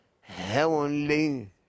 heavenly